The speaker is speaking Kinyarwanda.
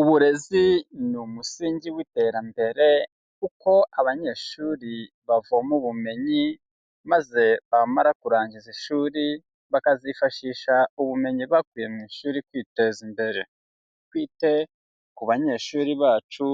Uburezi ni umusingi w'iterambere kuko abanyeshuri bavoma ubumenyi maze bamara kurangiza ishuri bakazifashisha ubumenyi bakuye mu ishuri kwiteza imbere, twite ku banyeshuri bacu